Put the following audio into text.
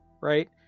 right